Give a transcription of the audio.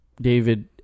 David